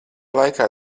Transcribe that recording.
laikā